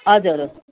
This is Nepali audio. हजुर